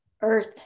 earth